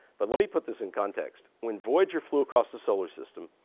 but let me put this in context. when voyager flew cross the solar system,